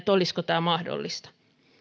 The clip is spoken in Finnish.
olisiko tämä mahdollista